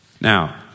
Now